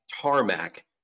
tarmac